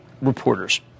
reporters